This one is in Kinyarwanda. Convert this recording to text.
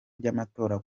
by’amatora